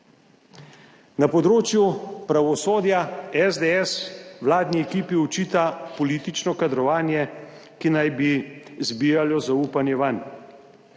Na področju pravosodja SDS vladni ekipi očita politično kadrovanje, ki naj bi zbijalo zaupanje vanj.